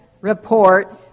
report